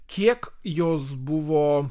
kiek jos buvo